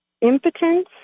impotence